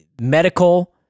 medical